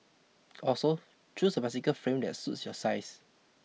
also choose a bicycle frame that suits your size